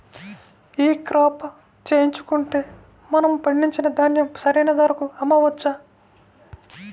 ఈ క్రాప చేయించుకుంటే మనము పండించిన ధాన్యం సరైన ధరకు అమ్మవచ్చా?